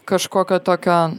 kažkokio tokio